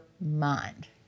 mind